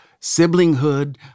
siblinghood